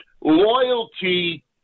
loyalty